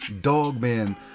Dogman